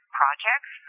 projects